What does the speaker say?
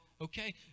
Okay